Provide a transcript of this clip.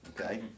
okay